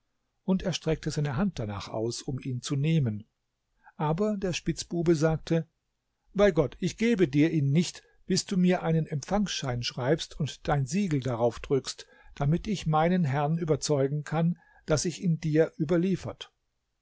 und er streckte seine hand danach aus um ihn zu nehmen aber der spitzbube sagte bei gott ich gebe dir ihn nicht bis du mir einen empfangsschein schreibst und dein siegel darauf drückst damit ich meinen herrn überzeugen kann daß ich ihn dir überliefert